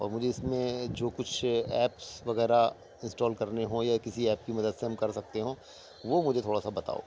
اور مجھے اس میں جو کچھ ایپس وغیرہ انسٹال کرنے ہوں یا کسی ایپ کی مدد سے ہم کر سکتے ہوں وہ مجھے تھوڑا سا بتاؤ